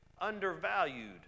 undervalued